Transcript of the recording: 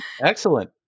Excellent